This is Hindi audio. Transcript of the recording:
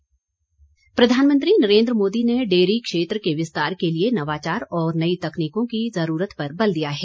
प्रधानमंत्री प्रधानमंत्री नरेन्द्र मोदी ने डेयरी क्षेत्र के विस्तार के लिए नवाचार ओर नई तकनीकों की जरूरत पर बल दिया है